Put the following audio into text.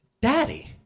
daddy